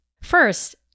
First